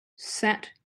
sat